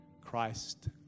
Christ